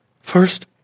First